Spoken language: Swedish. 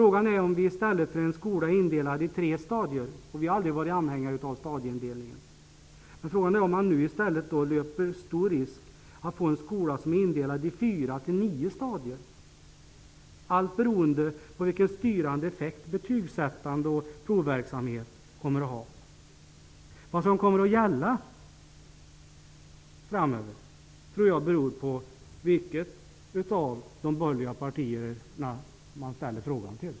Vi har aldrig varit anhängare av stadieindelning, och frågan är om vi i stället för en skola indelad i tre stadier löper stor risk att få en skola som är indelad i fyra till nio stadier, allt beroende på vilken styrande effekt betygssättande och provverksamhet kommer att ha. Vad som kommer att gälla framöver tror jag beror på vilket av de borgerliga partierna man ställer frågan till.